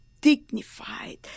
dignified